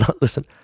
listen